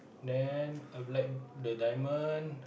then I would like the diamond